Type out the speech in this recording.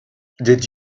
did